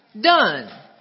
done